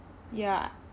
ya